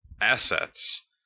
assets